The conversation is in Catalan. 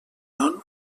non